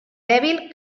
dèbil